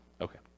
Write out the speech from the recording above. Okay